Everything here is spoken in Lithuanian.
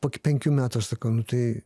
po penkių metų aš sakau nu tai